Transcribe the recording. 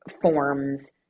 forms